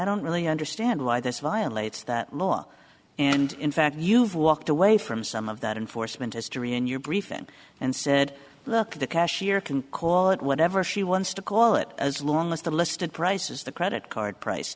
don't really understand why this violates that law and in fact you've walked away from some of that enforcement history in your briefing and said look the cashier can call it whatever she wants to call it as long as the listed price is the credit card price